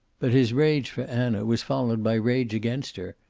but his rage for anna was followed by rage against her.